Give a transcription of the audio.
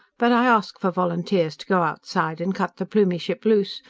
but i ask for volunteers to go outside and cut the plumie ship loose,